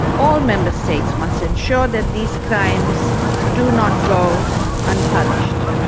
all member states must ensure that these crimes do not go unpunished,